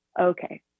Okay